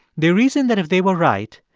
they reasoned that if they were right,